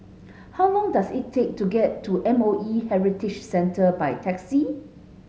how long does it take to get to M O E Heritage Centre by taxi